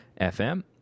FM